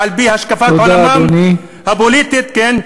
ואחרת, על-פי השקפת עולמם הפוליטית, תודה, אדוני.